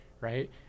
right